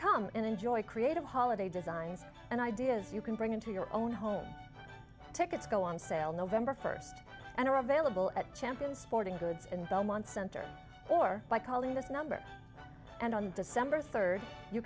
come and enjoy creative holiday designs and ideas you can bring into your own home tickets go on sale november first and are available at champion sporting goods and belmont center or by calling this number and on